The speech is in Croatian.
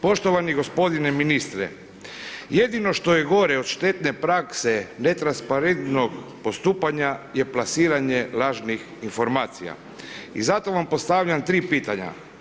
Poštovani g. ministre, jedino što je gore od štetne prakse netransparentnog postupanja je plasiranje lažnih informacija i zato vam postavljam tri pitanja.